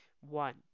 one